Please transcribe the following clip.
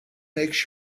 makes